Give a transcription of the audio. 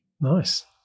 Nice